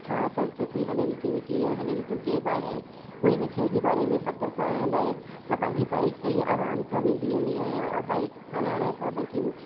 छा संस्कृति हलनि थियूं कीअं हलनि थियूं कंहिं बारे में कोई बि शइ जे बारे में पतो करण लाइ मां पंहिंजी बाइक सां ई आराम सां वेंदी आहियां और बाइक हलाइण सां बल्कि